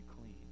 clean